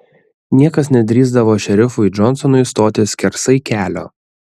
niekas nedrįsdavo šerifui džonsonui stoti skersai kelio